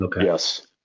Yes